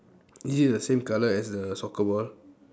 is it the same colour as the soccer ball